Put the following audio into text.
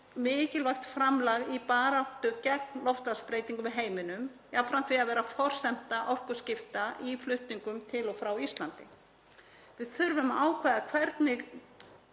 mikilvægt framlag í baráttu gegn loftslagsbreytingum í heiminum jafnframt því að vera forsenda orkuskipta í flutningum til og frá Íslandi. Við þurfum að ákveða hvernig